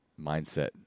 mindset